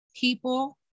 people